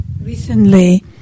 recently